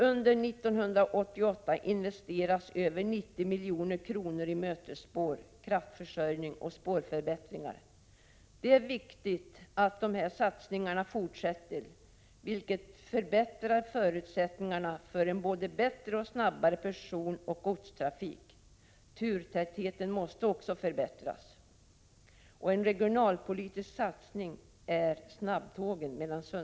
Under 1988 investeras över 90 milj.kr. i mötesspår, kraftförsörjning och spårförbättringar. Det är viktigt att dessa satsningar fortsätter. De förbättrar förutsättningarna för en både bättre coh snabbare personoch godstrafik. Turtätheten måste också förbättras.